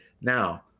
Now